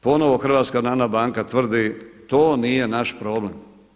Ponovo HNB tvrdi, to nije naš problem.